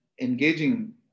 engaging